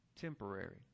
temporary